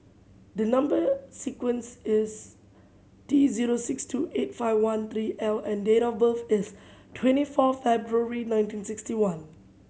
the number sequence is T zero six two eight five one three L and date of birth is twenty four February nineteen sixty one